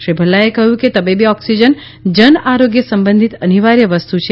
શ્રી ભલ્લાએ કહયું કે તબીબી ઓકસીજન જન આરોગ્ય સંબંધિત અનિવાર્ય વસ્તુ છે